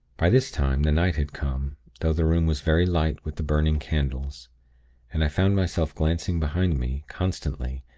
by this time, the night had come though the room was very light with the burning candles and i found myself glancing behind me, constantly,